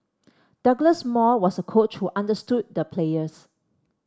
Douglas Moore was a coach who understood the players